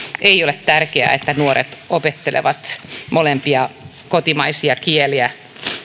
ei ole tärkeää että nuoret opettelevat molempia kotimaisia kieliä